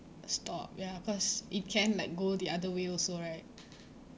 stop ya cause it can like go the other way also right